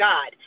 God